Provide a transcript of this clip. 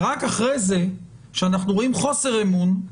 רק אחרי זה, כשאנחנו רואים חוסר אמון,